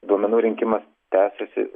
duomenų rinkimas tęsiasi